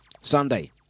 Sunday